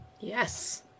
Yes